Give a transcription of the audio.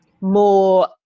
more